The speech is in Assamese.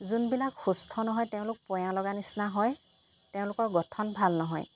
যোনবিলাক সুস্থ নহয় তেওঁলোক পয়াঁলগা নিচিনা হয় তেওঁলোকৰ গঠন ভাল নহয়